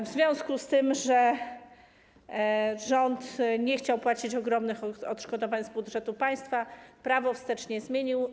W związku z tym, że rząd nie chciał płacić ogromnych odszkodowań z budżetu państwa, prawo wstecznie zmienił.